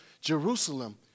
Jerusalem